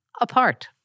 Apart